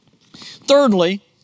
Thirdly